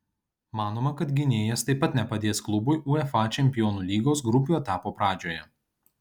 manoma kad gynėjas taip pat nepadės klubui uefa čempionų lygos grupių etapo pradžioje